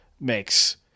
makes